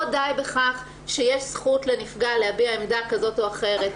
לא די בכך שיש זכות לנפגע להביע עמדה כזאת או אחרת,